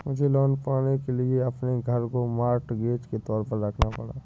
मुझे लोन पाने के लिए अपने घर को मॉर्टगेज के तौर पर रखना पड़ा